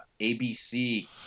ABC